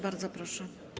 Bardzo proszę.